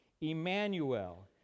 Emmanuel